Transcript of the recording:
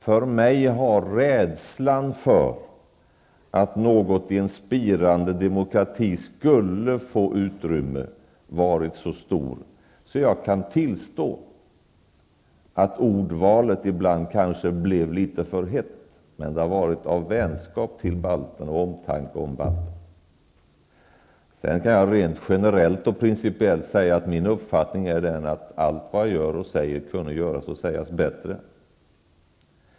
För mig har rädslan för att något sådant här skulle få utrymme i en spirande demokrati varit så stor att jag kan tillstå att ordvalet ibland kanske blev litet för hett, men det har varit fråga om vänskap till balterna och omtanke om balterna. Rent generellt och principiellt kan jag säga att min uppfattning är att allt vad jag gör och säger kunde göras och sägas bättre.